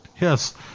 Yes